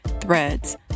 threads